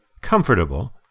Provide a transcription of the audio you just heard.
comfortable